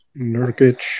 Nurkic